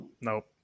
Nope